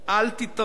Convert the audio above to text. אל תפריעו.